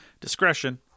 Discretion